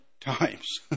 times